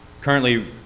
currently